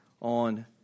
on